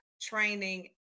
training